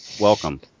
welcome